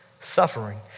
suffering